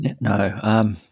No